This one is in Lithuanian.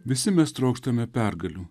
visi mes trokštame pergalių